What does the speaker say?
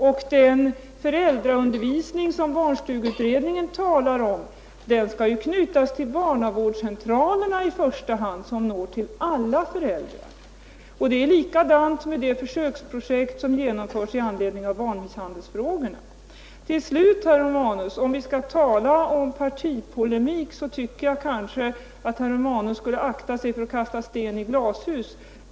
Och den föräldraundervisning som barnstugeutredningen talar om skall i första hand knytas till barnavårdscentralerna, som ju når alla föräldrar. Det är likadant med de försöksprojekt som genomförs med anledning av barnmisshandelsfrågorna. Till sist, herr Romanus! Om vi skall tala om partipolemik tycker jag att herr Romanus skulle akta sig för att kasta sten i glashus.